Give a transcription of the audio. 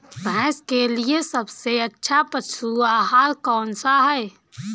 भैंस के लिए सबसे अच्छा पशु आहार कौन सा है?